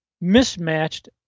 mismatched